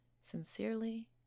Sincerely